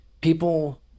people